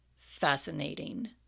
Fascinating